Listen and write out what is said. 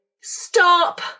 Stop